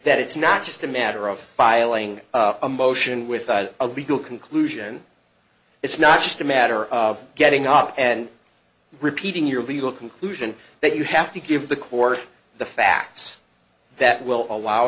that it's not just a matter of filing a motion with a legal conclusion it's not just a matter of getting up and repeating your legal conclusion that you have to give the court the facts that will allow